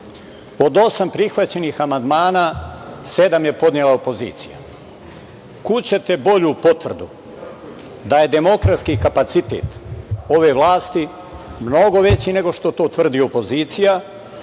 Od osam prihvaćenih amandmana sedam je podnela opozicija. Kud ćete bolju potvrdu da je demokratski kapacitet ove vlasti mnogo veći nego što to tvrdi opozicija